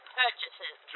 purchases